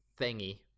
thingy